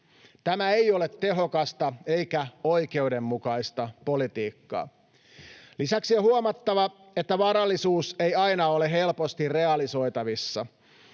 Tämä ei ole tehokasta eikä oikeudenmukaista politiikkaa. Lisäksi on huomattava, että varallisuus ei aina ole helposti realisoitavissa.